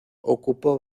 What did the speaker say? ocupó